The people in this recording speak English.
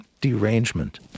derangement